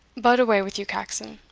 but away with you, caxon!